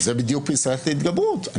על זה בדיוק פסקת ההתגברות.